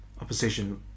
opposition